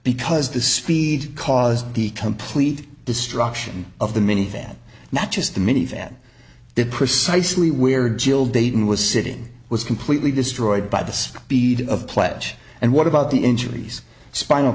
because the speed caused the complete destruction of the minivan not just the minivan did precisely where jill dayton was sitting was completely destroyed by the speed of pledge and what about the injuries spinal